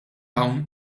hawn